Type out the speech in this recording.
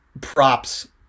props